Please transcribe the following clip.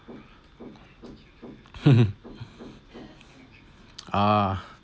ah